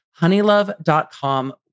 Honeylove.com